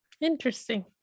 interesting